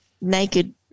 naked